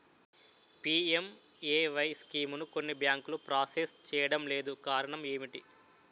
PMAY స్కీమును కొన్ని బ్యాంకులు ప్రాసెస్ చేయడం లేదు కారణం ఏమిటి?